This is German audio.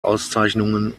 auszeichnungen